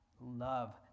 Love